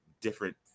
different